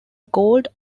gold